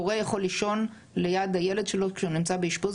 הורה יכול לישון ליד הילד שלו כשהוא נמצא באשפוז.